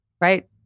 right